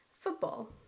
football